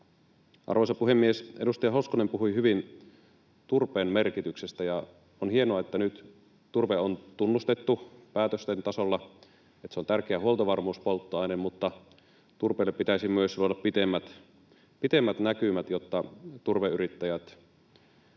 Arvoisa puhemies! Edustaja Hoskonen puhui hyvin turpeen merkityksestä. On hienoa, että nyt turve on tunnustettu päätösten tasolla, niin että se on tärkeä huoltovarmuuspolttoaine, mutta turpeelle pitäisi myös luoda pitemmät näkymät, jotta turveyrittäjät